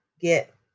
get